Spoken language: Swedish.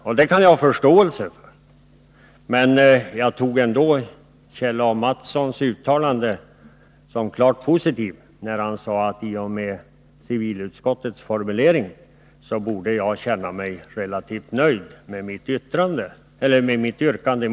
Detta kan jag ha förståelse för. Men jag uppfattade ändå Kjell A. Mattssons uttalande som klart positivt. Han sade att jag med tanke på mitt motionsyrkande borde känna mig relativt nöjd med civilutskottets formulering.